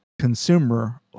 consumer